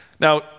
Now